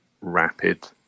rapid